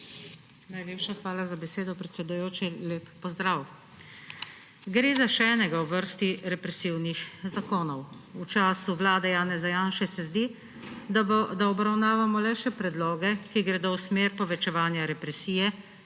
Najlepša hvala za besedo, predsedujoči. Lep pozdrav! Gre za še enega v vrsti represivnih zakonov. V času vlade Janeza Janše se zdi, da obravnavamo le še predloge, ki gredo v smer povečevanja represije,